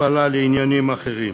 הפלה לעניינים אחרים.